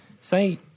say